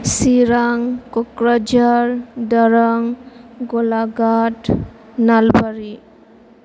Chirang Kokrajhar Darrang Golaghat Nalbari